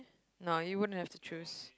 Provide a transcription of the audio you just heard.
no you wouldn't have to choose